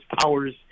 powers